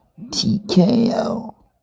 TKO